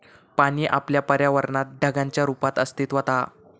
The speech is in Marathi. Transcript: पाणी आपल्या पर्यावरणात ढगांच्या रुपात अस्तित्त्वात हा